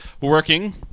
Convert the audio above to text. working